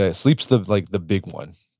ah sleep's the like the big one,